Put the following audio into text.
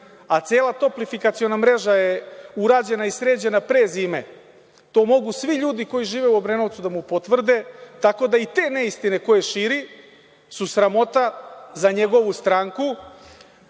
a cela toplifikaciona mreža je urađena i sređena pre zime. To mogu svi ljudi koji žive u Obrenovcu da mu potvrde, tako da i te neistine koje širi su sramota za njegovu